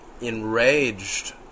enraged